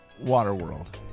Waterworld